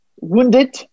wounded